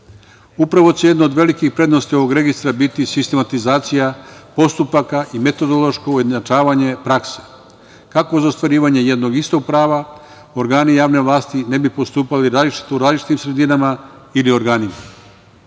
će jedna od velikih prednosti ovog registra biti sistematizacija postupaka i metodološko ujednačavanje prakse, kako za ostvarivanje jednog istog prava organi javne vlasti ne bi postupali različito u različitim sredinama ili organima.